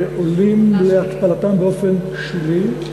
שעולה להתפלתם באופן שולי,